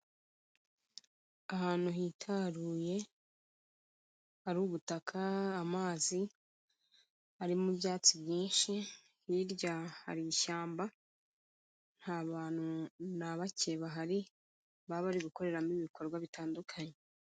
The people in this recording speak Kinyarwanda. Ahantu hitaruye, hari ubutaka amazi, harimo ibyatsi byinshi, hirya hari ishyamba, nta bantu na bake bahari, baba bari gukoreramo ibikorwa bitandukanye.